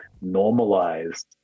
normalized